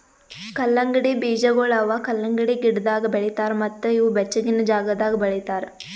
ಕಲ್ಲಂಗಡಿ ಬೀಜಗೊಳ್ ಅವಾ ಕಲಂಗಡಿ ಗಿಡದಾಗ್ ಬೆಳಿತಾರ್ ಮತ್ತ ಇವು ಬೆಚ್ಚಗಿನ ಜಾಗದಾಗ್ ಬೆಳಿತಾರ್